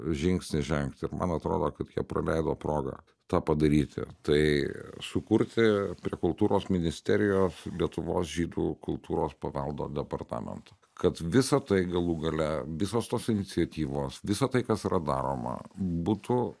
žingsnį žengt ir man atrodo kad jie praleido progą tą padaryti tai sukurti prie kultūros ministerijos lietuvos žydų kultūros paveldo departamento kad visa tai galų gale visos tos iniciatyvos visa tai kas yra daroma būtų